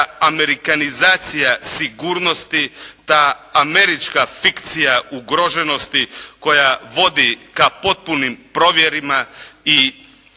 amerikanizacija sigurnosti, ta američka fikcija ugroženosti koja vodi ka potpunim provjerama i